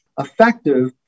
effective